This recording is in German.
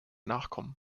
nachkommen